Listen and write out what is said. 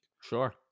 Sure